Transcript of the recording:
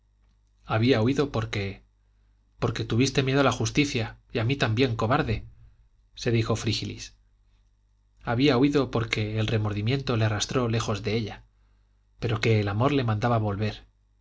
había huido porque porque tuviste miedo a la justicia y a mí también cobarde se dijo frígilis había huido porque el remordimiento le arrastró lejos de ella pero que el amor le mandaba volver